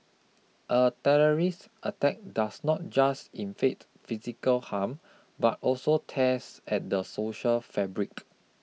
a terrorist attack does not just inflict physical harm but also tears at the social fabric